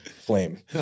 flame